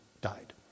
died